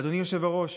אדוני היושב-ראש,